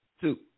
Two